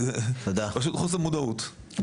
פשוט חוסר מודעות.